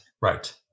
right